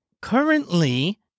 currently